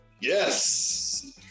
Yes